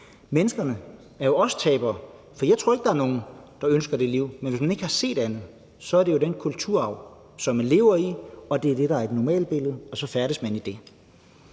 Menneskene er også tabere, for jeg tror ikke, der er nogen, der ønsker det liv. Men hvis man ikke har set andet, er det jo den kulturarv, som man lever i, og det er det, der er et normalbillede, og så færdes man i det.